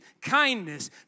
kindness